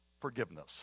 forgiveness